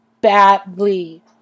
badly